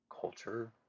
culture